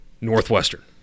Northwestern